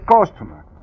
customer